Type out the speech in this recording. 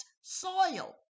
soil